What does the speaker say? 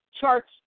charts